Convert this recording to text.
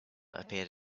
appeared